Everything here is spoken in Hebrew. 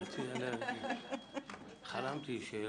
חלמתי שהוא